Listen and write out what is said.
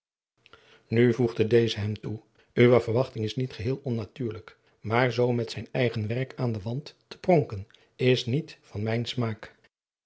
nu voegde deze hem toe uwe verwachting is niet geheel onnatuurlijk maar zoo met zijn eigen werk aan den wand te pronken is niet van mijn smaak